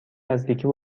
نزدیکی